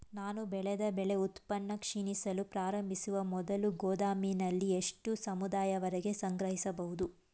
ನಾನು ಬೆಳೆದ ಬೆಳೆ ಉತ್ಪನ್ನ ಕ್ಷೀಣಿಸಲು ಪ್ರಾರಂಭಿಸುವ ಮೊದಲು ಗೋದಾಮಿನಲ್ಲಿ ಎಷ್ಟು ಸಮಯದವರೆಗೆ ಸಂಗ್ರಹಿಸಬಹುದು?